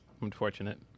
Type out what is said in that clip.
Unfortunate